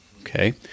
okay